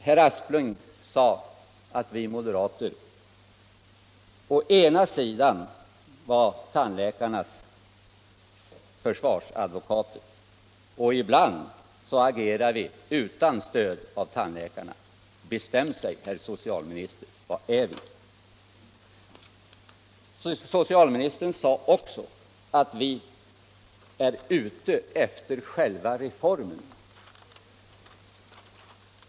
Herr Aspling sade å ena sidan att vi moderater var tandläkarnas försvarsadvokater och å andra sidan att vi ibland agerade utan stöd av tandläkarna. Bestäm er, herr socialminister! Vad är vi? Socialministern sade också att vi är ute efter själva reformen.